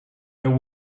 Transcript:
there